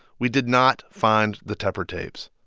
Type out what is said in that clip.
we did not find the tepper tapes.